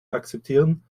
akzeptieren